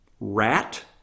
rat